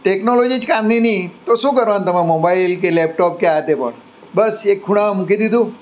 technology જ કામની નહીં તો શું કરવાનું તમારો મોબાઈલ કે લેપટોપ કે આ તે પણ બસ એક ખૂણામાં મૂકી દીધું